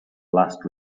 last